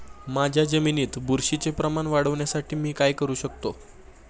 माझ्या जमिनीत बुरशीचे प्रमाण वाढवण्यासाठी मी काय करू शकतो?